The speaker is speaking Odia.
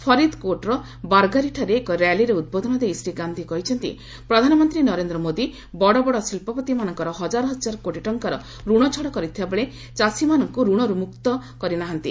ଫରିଦ୍କୋଟ୍ର ବାର୍ଗାରିଠାରେ ଏକ ର୍ୟାଲିରେ ଉଦ୍ବୋଧନ ଦେଇ ଶ୍ରୀ ଗାନ୍ଧି କହିଛନ୍ତି ପ୍ରଧାନମନ୍ତ୍ରୀ ନରେନ୍ଦ୍ର ମୋଦି ବଡ଼ବଡ଼ ଶିଳ୍ପପତିମାନଙ୍କର ହକାର ହକାର କୋଟି ଟଙ୍କାର ଋଣ ଛାଡ଼ କରିଥିବା ବେଳେ ଚାଷୀମାନଙ୍କୁ ଋଣରୁ ମୁକ୍ତି ଦେଇନାହାନ୍ତି